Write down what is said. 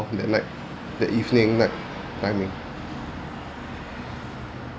in the night the evening night timing